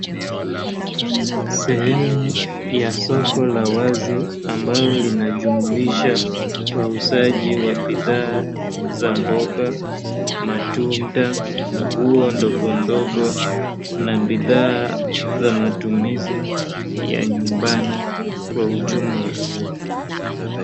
Sehemu ya soko la wazi ambalo linajumuisha wauzaji wa bidhaa za mboga matunda, nguo ndogondogo na bidhaa za matumizi ya nyumbani kwa ujumla.